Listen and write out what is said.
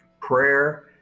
prayer